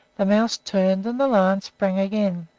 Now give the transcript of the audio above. the mouse turned, and the lion sprang again.